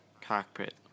cockpit